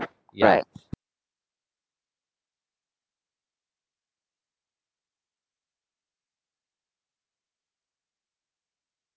right